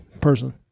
person